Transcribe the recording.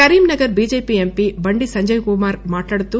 Karimnagar BJP MP Bandi Sanjay Kumar మాట్లాడుతూ